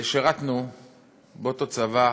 שירתנו באותו צבא.